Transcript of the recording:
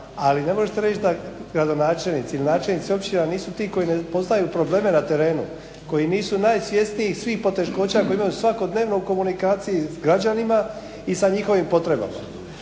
Ali ne možete reći da gradonačelnici ili načelnici općina nisu ti koji ne poznaju probleme na terenu, koji nisu najsvjesniji svih poteškoća koje imaju svakodnevno u komunikaciji s građanima i sa njihovim potrebama.